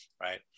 right